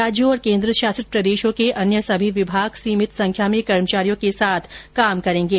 राज्यों और केंद्र शासित प्रदेशों के अन्य सभी विभाग सीमित संख्या में कर्मचारियों के साथ काम करेंगे